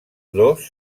dos